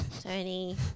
tony